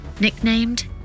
nicknamed